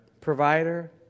Provider